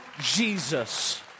Jesus